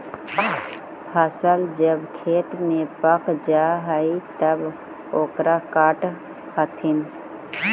फसल जब खेत में पक जा हइ तब ओकरा काटऽ हथिन